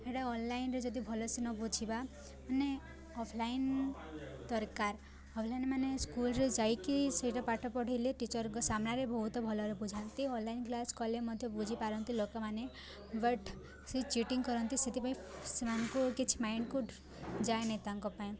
ହେଇଟା ଅନଲାଇନ୍ରେ ଯଦି ଭଲ୍ସେ ନ ବୁଝିବା ମାନେ ଅଫଲାଇନ୍ ଦରକାର ଅଫଲାଇନ୍ ମାନେ ସ୍କୁଲ୍ରେ ଯାଇକି ସେଇଟା ପାଠ ପଢ଼େଇଲେ ଟିଚର୍ଙ୍କ ସାମ୍ନାରେ ବହୁତ ଭଲରେ ବୁଝାନ୍ତି ଅନଲାଇନ୍ କ୍ଲାସ୍ କଲେ ମଧ୍ୟ ବୁଝିପାରନ୍ତି ଲୋକମାନେ ବଟ୍ ସେ ଚିଟିଂ କରନ୍ତି ସେଥିପାଇଁ ସେମାନଙ୍କୁ କିଛି ମାଇଣ୍ଡ୍କୁ ଯାଏନହିଁ ତାଙ୍କ ପାଇଁ